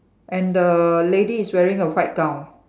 and the lady is wearing a white gown